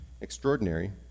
extraordinary